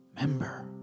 member